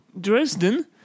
Dresden